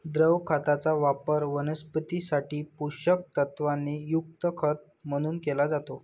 द्रव खताचा वापर वनस्पतीं साठी पोषक तत्वांनी युक्त खत म्हणून केला जातो